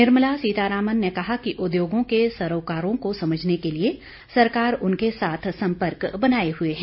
निर्मला सीतारामन ने कहा कि उद्योगों के सरोकारों को समझने के लिए सरकार उनके साथ संपर्क बनाए हुए है